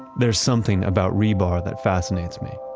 there's something about rebar that fascinates me.